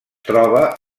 troba